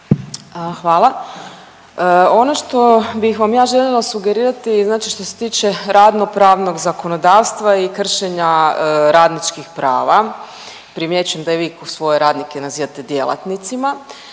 Hvala. Ono što bih vam ja želila sugerirati znači što se tiče radnopravnog zakonodavstva i kršenja radničkih prava, primjećujem da i vi svoje radnike nazivate djelatnicima,